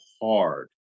hard